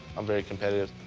i'm very competitive,